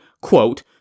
quote